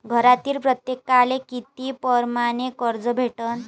घरातील प्रत्येकाले किती परमाने कर्ज भेटन?